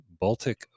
Baltic